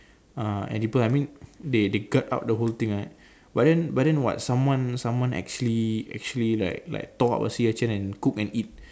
uh edible I mean they they cut out the whole thing ah but then but then what someone someone actually actually like like tore up a sea urchin and cook and eat